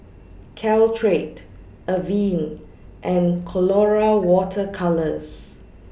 Caltrate Avene and Colora Water Colours